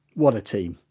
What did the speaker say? what a team!